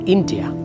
India